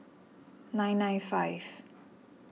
nine nine five